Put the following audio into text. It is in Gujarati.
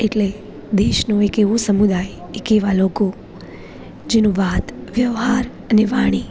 એટલે દેશનું એક એવું સમુદાય એક એવા લોકો જેનો વાત વ્યવહાર અને વાણી